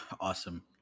Awesome